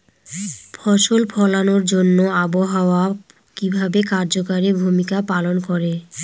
ফসল ফলানোর জন্য আবহাওয়া কিভাবে কার্যকরী ভূমিকা পালন করে?